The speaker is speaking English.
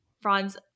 Franz